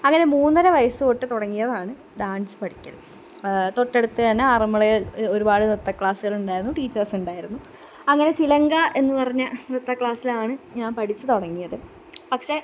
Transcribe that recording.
അങ്ങനെ മൂന്നര വയസ്സ് തൊട്ട് തുടങ്ങിയതാണ് ഡാൻസ് പഠിക്കൽ തൊട്ടടുത്ത് തന്നെ ആറന്മുളയിൽ ഒരുപാട് നൃത്ത ക്ലാസ്സുകളുണ്ടായിരുന്നു ടീച്ചേഴ്സുണ്ടായിരുന്നു അങ്ങനെ ചിലങ്ക എന്ന് പറഞ്ഞ നൃത്ത ക്ലാസ്സിലാണ് ഞാൻ പഠിച്ചു തുടങ്ങിയത് പക്ഷെ